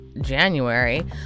January